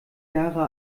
jahre